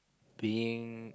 being